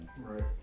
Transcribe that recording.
Right